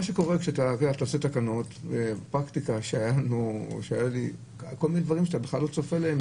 מה שקורה זה שאתה עושה תקנות ויש כל מיני דברים שאתה בכלל לא צופה אותם